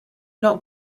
not